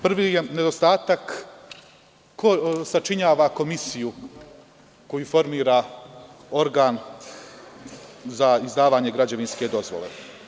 Prvi nedostatak je ko sačinjava komisiju koju formira organ za izdavanje građevinske dozvole?